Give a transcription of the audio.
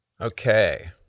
Okay